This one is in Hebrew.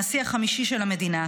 הנשיא החמישי של המדינה,